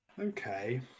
Okay